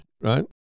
right